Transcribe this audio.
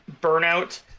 burnout